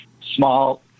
small